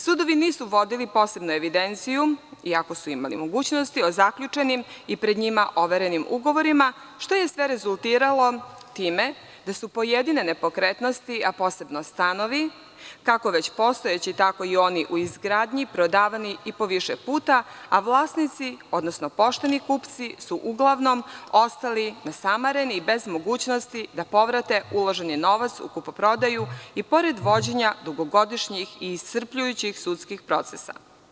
Sudovi nisu vodili posebnu evidenciju, iako su imali mogućnosti, o zaključenim i pred njima overenim ugovorima, što je sve rezultiralo time da su pojedine nepokretnosti, a posebno stanovi, kako postojeći, tako i oni u izgradnji, prodavani i po više puta, avlasnici, odnosno pošteni kupci su uglavnom ostali nasamareni i bez mogućnosti da povrate uloženi novac u kupoprodaju i pored vođenja dugogodišnjih i iscrpljujućih sudskih procesa.